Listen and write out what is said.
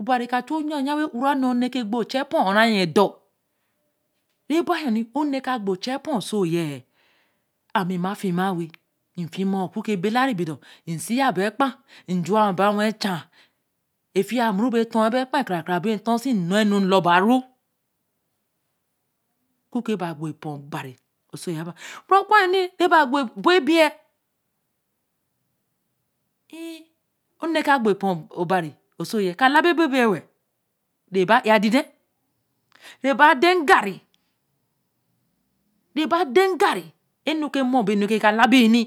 obari ka chu oyaya wen ho ra nēē or ne reke gbo or cha epo ho re ke ā yen tor. re ebo yo yi o nēē reke a gbo ocha epo so yen a mī ma fima we-l. ti mo wa o kur ke be lare bodo nsi yāā be kbe. ē j̄on wa ba wen cha ā e fiyna manu baā do we-l be kb kara kara bāa ntor. sī n̄no nu e lor ba ru. ku kēē bāā gbo epo obarī oso ye ba. o ku yo ni re ke baā gbo ebo ebei inn̄ one ka gbo epo obarī oso yen. ka labi e-bo ebeī we-l. re ba e a dēade re ba de ngarī. re ba de ngarī enu ke mo. be nure ko labi yeni